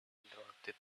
interpreted